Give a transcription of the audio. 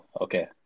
Okay